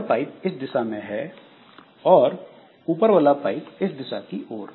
यह पाइप इस दिशा में है और ऊपर वाला पाइप इस दिशा की ओर